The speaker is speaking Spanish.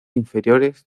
inferiores